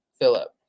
Philip